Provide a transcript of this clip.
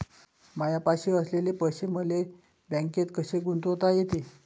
मायापाशी असलेले पैसे मले बँकेत कसे गुंतोता येते?